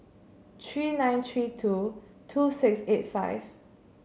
three nine three two two six eight five